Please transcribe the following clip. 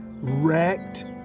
wrecked